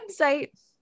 website